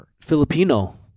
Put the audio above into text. Filipino